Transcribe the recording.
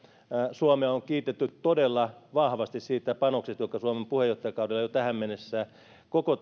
suomea on kiitetty todella vahvasti siitä panoksesta jonka suomi on puheenjohtajakaudellaan jo tähän mennessä koko